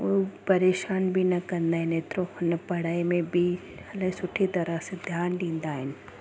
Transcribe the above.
उहे परेशान बि न कंदा आहिनि एतिरो अना पढ़ाई में बि इलाही सुठी तरह सां ध्यानु ॾींदा आहिनि